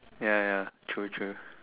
ya ya true true